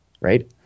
right